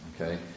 Okay